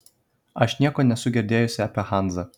aš nieko nesu girdėjusi apie hanzą